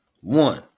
One